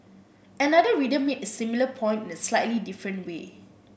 another reader made a similar point in a slightly different way